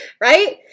right